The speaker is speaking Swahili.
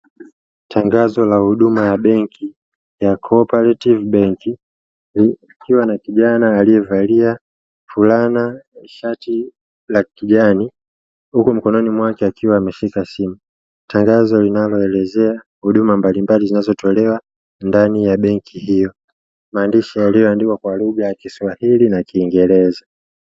Tangazo la huduma ya benki ya "CO-OPERATIVE BANK" likiwa na kijana alievalia fulana ya shati la kijani huku mkononi mwake akiwa ameshika simu. Tangazo linaelezea huduma mbalimbali zinazotolewa ndani ya benki hiyo, maandishi yaliyoandikwa kwa lugha ya kiswahili na kiingereza.